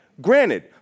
granted